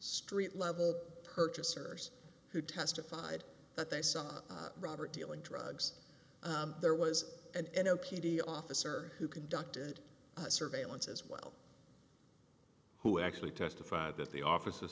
street level purchasers who testified that they saw robert dealing drugs there was an n o p t officer who conducted surveillance as well who actually testified that the office